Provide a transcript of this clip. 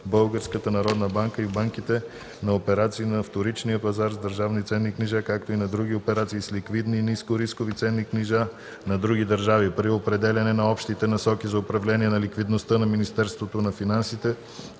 Българската народна банка и в банките, на операции на вторичния пазар с държавни ценни книжа, както и на други операции с ликвидни и нискорискови ценни книжа на други държави. При определяне на общите насоки за управление на ликвидността Министерството на финансите